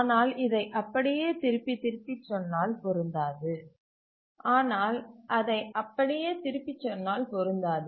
ஆனால் இதை அப்படியே திருப்பி சொன்னால் பொருந்தாது